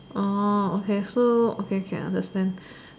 orh okay so okay okay understand